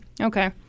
Okay